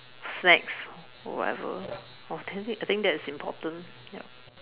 snacks or whatever oh dammit I think that is important yup